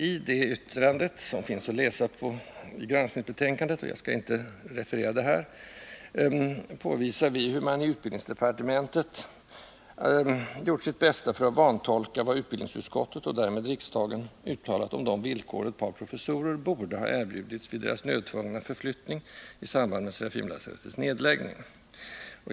I detta yttrande, som finns att läsa i granskningsbetänkandet — jag skall inte referera det här — påvisar vi, hur man i utbildningsdepartementet gjort sitt bästa för att vantolka vad utbildningsutskottet, och därmed riksdagen, uttalat om de villkor ett par professorer borde ha erbjudits vid deras nödtvungna förflyttning i samband med Serafimerlasarettets nedläggning.